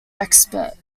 expert